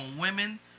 women